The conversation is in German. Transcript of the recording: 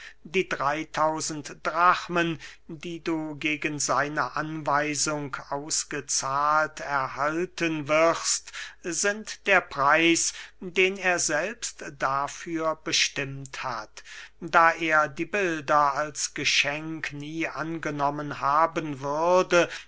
die drey tausend drachmen die du gegen seine anweisung ausgezahlt erhalten wirst sind der preis den er selbst dafür bestimmt hat da er die bilder als geschenk nie angenommen haben würde